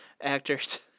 actors